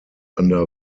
under